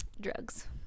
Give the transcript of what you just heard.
drugs